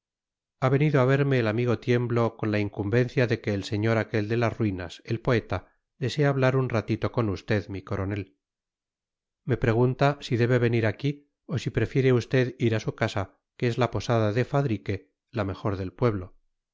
ha venido a verme el amigo tiemblo con la incumbencia de que el señor aquel de las ruinas el poeta desea hablar un ratito con usted mi coronel me pregunta si debe venir aquí o si prefiere usted ir a su casa que es la posada de fadrique la mejor del pueblo